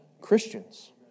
Christians